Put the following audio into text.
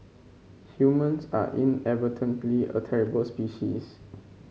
humans are inadvertently a terrible species